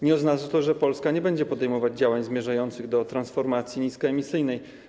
Nie oznacza to, że Polska nie będzie podejmować działań zmierzających do transformacji niskoemisyjnej.